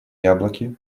яблоки